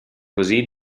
così